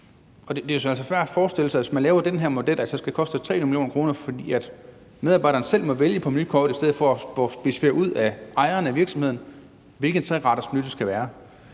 altså svært at forestille sig, at hvis man laver den her model, så skal det koste 300 mio. kr., fordi medarbejderen selv må vælge på menukortet, i stedet for at ejeren af virksomheden specificerer ud, hvilken trerettersmenu det skal være.